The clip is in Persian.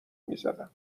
میزدم